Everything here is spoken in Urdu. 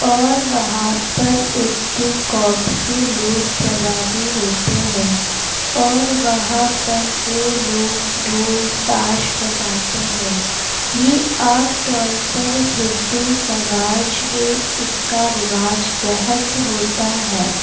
اور وہاں پر ان کی قوم کے لوگ جمع بھی ہوتے ہیں اور وہاں پر وہ لوگ ڈھول تاش بجاتے ہے یہ عام طور پر ہندو سماج میں اس کا رواج بہت ہوتا ہے